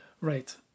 Right